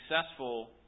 successful